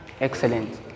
Excellent